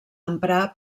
emprar